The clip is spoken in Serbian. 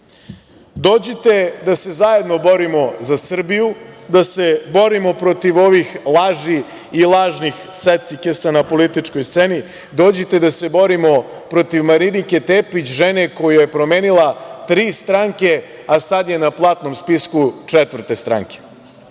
da se zajedno borimo za Srbiju, da se borimo protiv ovih laži i lažnih secikesa na političkoj sceni, dođite da se borimo protiv Marinike Tepić, žene koja je promenila tri stranke a sad je na platnom spisku četvrte